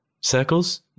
Circles